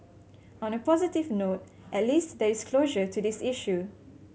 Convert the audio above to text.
on a positive note at least there is closure to this issue